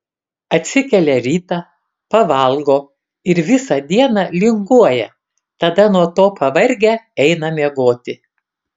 atsikelia rytą pavalgo ir visą dieną linguoja tada nuo to pavargę eina miegoti